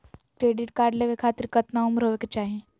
Credit card लेवे खातीर कतना उम्र होवे चाही?